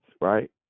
right